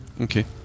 Okay